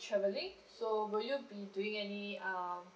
travelling so will you be doing any um